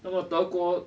那么德国